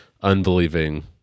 unbelieving